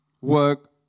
work